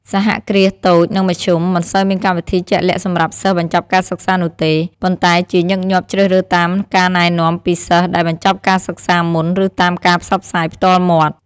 សហគ្រាសតូច និងមធ្យម មិនសូវមានកម្មវិធីជាក់លាក់សម្រាប់សិស្សបញ្ចប់ការសិក្សានោះទេ ប៉ុន្តែជាញឹកញាប់ជ្រើសរើសតាមការណែនាំពីសិស្សដែលបញ្ចប់ការសិក្សាមុន ឬតាមការផ្សព្វផ្សាយផ្ទាល់មាត់។